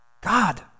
God